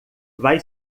vai